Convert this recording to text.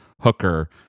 hooker